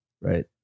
Right